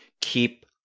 keep